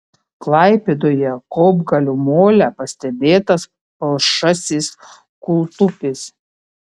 klaipėdoje kopgalio mole pastebėtas palšasis kūltupis